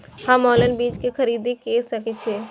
हम ऑनलाइन बीज के खरीदी केर सके छी?